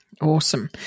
Awesome